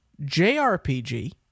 JRPG